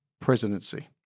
presidency